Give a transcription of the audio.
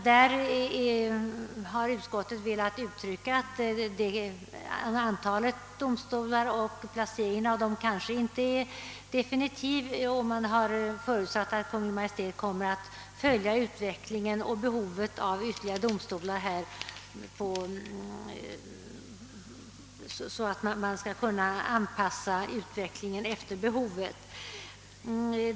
Där har utskottet velat uttrycka att antalet domstolar och placeringen av dem inte är definitivt fastställt och utskottet har förutsatt att Kungl. Maj:t kommer att följa utvecklingen på detta område och behovet av domstolar, så att utvecklingen skall kunna anpassas efter behovet.